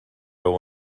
ihr